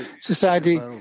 Society